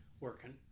working